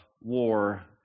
war